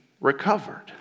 recovered